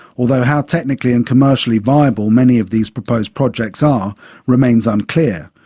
although how technically and commercially viable many of these proposed projects are remains unclear.